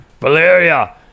Valeria